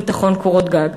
ביטחון קורת גג.